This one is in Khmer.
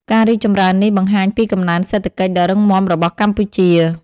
ការរីកចម្រើននេះបង្ហាញពីកំណើនសេដ្ឋកិច្ចដ៏រឹងមាំរបស់កម្ពុជា។